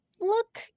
Look